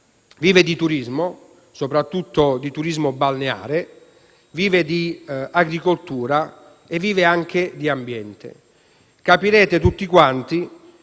Vive di turismo, soprattutto di turismo balneare, vive di agricoltura e vive anche di ambiente. Capirete tutti che